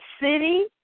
city